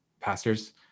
pastors